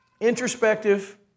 Introspective